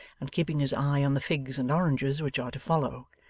and keeping his eye on the figs and oranges which are to follow,